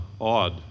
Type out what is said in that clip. odd